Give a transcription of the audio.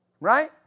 right